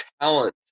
talent